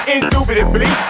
Indubitably